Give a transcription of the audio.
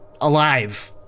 alive